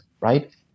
right